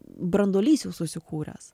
branduolys jau susikūręs